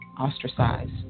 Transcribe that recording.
ostracized